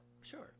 Sure